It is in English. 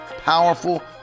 powerful